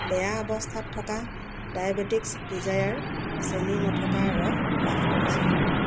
বেয়া অৱস্থাত থকা ডাইবেটিক্ছ ডিজায়াৰ চেনি নথকা ৰস লাভ কৰিছোঁ